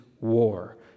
war